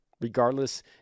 Regardless